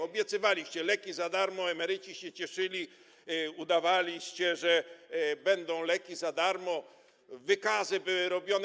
Obiecywaliście leki za darmo, emeryci się cieszyli, udawaliście, że będą leki za darmo, wykazy były robione.